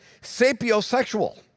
sapiosexual